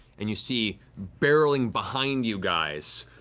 and you see barreling behind you guys,